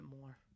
more